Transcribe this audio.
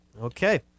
okay